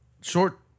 short